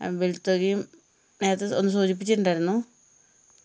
ആ ബിൽത്തുകയും നേരത്തെ ഒന്ന് സൂചിപ്പിച്ചിട്ട് ഉണ്ടായിരുന്നു